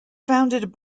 founded